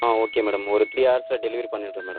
ஆ okay madam ஒரு three ஹவர்ஸில் delivery பண்ணிடுறேன் மேடம்